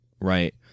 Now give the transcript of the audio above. right